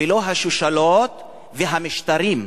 ולא השושלות והמשטרים.